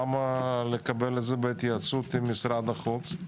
למה לקבל את זה בהתייעצות עם משרד החוץ?